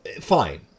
Fine